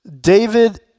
David